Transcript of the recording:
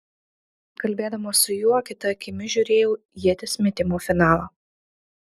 kalbėdama su juo kita akimi žiūrėjau ieties metimo finalą